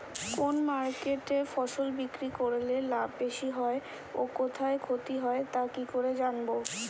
কোন মার্কেটে ফসল বিক্রি করলে লাভ বেশি হয় ও কোথায় ক্ষতি হয় তা কি করে জানবো?